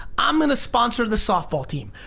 i'm gonna sponsor the softball team.